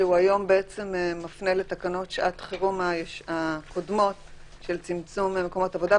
שהיום בעצם מפנה לתקנות שעת חירום הקודמות של צמצום מקומות עבודה,